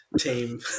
team